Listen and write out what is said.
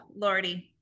lordy